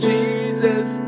Jesus